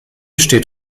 steht